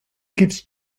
gives